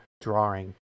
drawing